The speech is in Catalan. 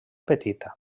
petita